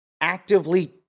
actively